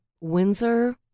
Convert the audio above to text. Windsor